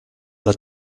alla